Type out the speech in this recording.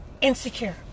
insecure